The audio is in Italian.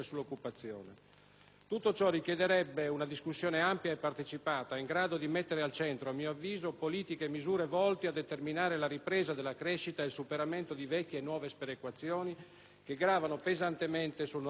Tutto ciò richiederebbe una discussione ampia e partecipata, in grado di mettere al centro, a mio avviso, politiche e misure volte a determinare la ripresa della crescita e il superamento di vecchie e nuove sperequazioni che gravano pesantemente sul nostro sistema Paese.